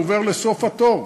הוא עובר לסוף התור,